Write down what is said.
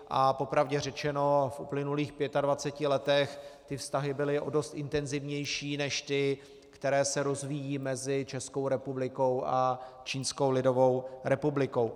A po pravdě řečeno, v uplynulých 25 letech ty vztahy byly o dost intenzivnější než ty, které se rozvíjejí mezi Českou republikou a Čínskou lidovou republikou.